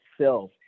self